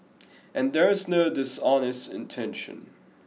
and there is no dishonest intention